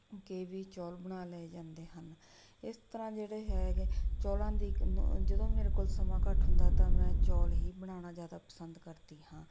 ਕੇ ਵੀ ਚੌਲ ਬਣਾ ਲਏ ਜਾਂਦੇ ਹਨ ਇਸ ਤਰ੍ਹਾਂ ਜਿਹੜੇ ਹੈਗੇ ਚੌਲਾਂ ਦੀ ਇੱਕ ਜਦੋਂ ਮੇਰੇ ਕੋਲ ਸਮਾਂ ਘੱਟ ਹੁੰਦਾ ਤਾਂ ਮੈਂ ਚੌਲ ਹੀ ਬਣਾਉਣਾ ਜ਼ਿਆਦਾ ਪਸੰਦ ਕਰਦੀ ਹਾਂ